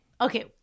Okay